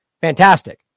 Fantastic